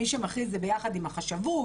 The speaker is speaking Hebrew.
מי שמחליט זה ביחד עם החשבות,